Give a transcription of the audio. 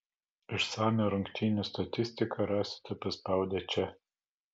išsamią rungtynių statistiką rasite paspaudę čia